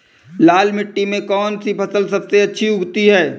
लाल मिट्टी में कौन सी फसल सबसे अच्छी उगती है?